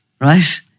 Right